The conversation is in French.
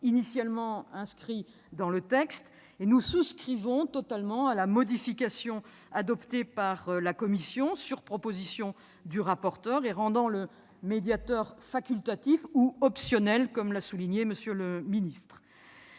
nous en étions tous d'accord -, nous souscrivons totalement à la modification adoptée par la commission, sur proposition du rapporteur, tendant à rendre le médiateur facultatif ou optionnel, comme l'a souligné M. le ministre.